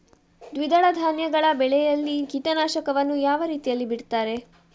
ದ್ವಿದಳ ಧಾನ್ಯಗಳ ಬೆಳೆಯಲ್ಲಿ ಕೀಟನಾಶಕವನ್ನು ಯಾವ ರೀತಿಯಲ್ಲಿ ಬಿಡ್ತಾರೆ?